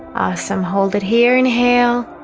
awesome hold it here inhale